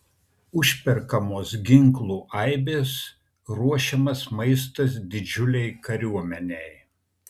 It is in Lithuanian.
užperkamos ginklų aibės ruošiamas maistas didžiulei kariuomenei